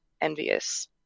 envious